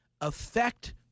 affect